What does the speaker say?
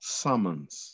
summons